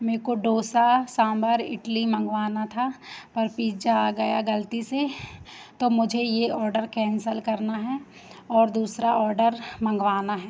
मेरे को डोसा सांभर इडली मँगवाना था पर पीजा आ गया गलती से तो मुझे ये ऑडर कैंसल करना है और दूसरा ऑडर मँगवाना है